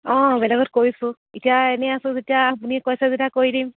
অঁ বেলেগত কৰিছোঁ এতিয়া এনেই আছোঁ যেতিয়া আপুনি কৈছে যেতিয়া কৰি দিম